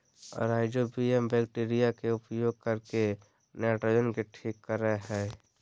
rhizobium bacteria के उपयोग करके नाइट्रोजन के ठीक करेय हइ